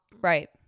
Right